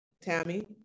Tammy